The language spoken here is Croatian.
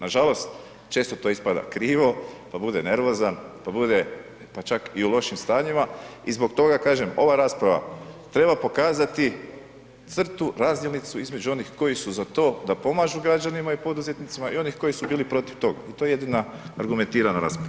Nažalost, često to ispada krivo, pa bude nervozan, pa bude pa čak i u lošim stanjima i zbog toga kažem ova rasprava treba pokazati crtu razdjelnicu između onih koji su za to da pomažu građanima i poduzetnicima i onih koji su bili protiv tog i to je jedina argumentirana rasprava.